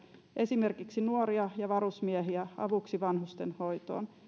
esimerkiksi nuoria ja varusmiehiä avuksi vanhustenhoitoon